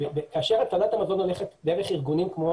כאשר הצלת המזון נעשית דרך ארגונים כמו